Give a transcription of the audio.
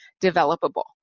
developable